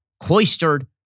Cloistered